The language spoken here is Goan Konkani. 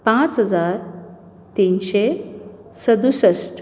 पांच हजार तिनशें सदुसश्ट